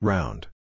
Round